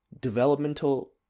developmental